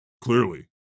Clearly